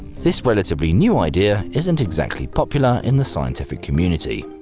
this relatively new idea isn't exactly popular in the scientific community.